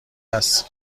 است